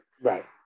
right